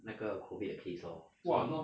那个 COVID 的 case lor 所以